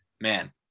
man